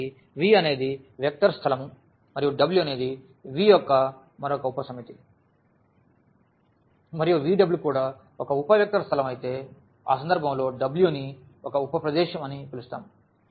కాబట్టి V అనేది vector స్థలం మరియు W అనేది Vయొక్క మరొక ఉపసమితి మరియు VW కూడా ఒక ఉప వెక్టర్ స్థలం అయితే ఆ సందర్భంలో W ని ఒక ఉప ప్రదేశం అని పిలుస్తాము